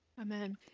Amen